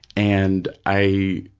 and i,